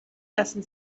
lassen